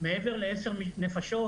מעל ל-10 נפשות